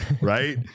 right